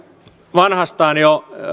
vanhastaan jo